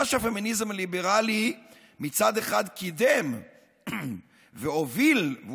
מה שהפמיניזם הליברלי קידם והוביל מצד אחד,